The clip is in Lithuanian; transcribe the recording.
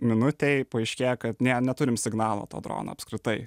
minutei paaiškėja kad ne neturim signalo to drono apskritai